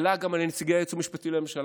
עלה גם על ידי נציגי היועץ המשפטי לממשלה,